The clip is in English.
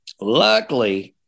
luckily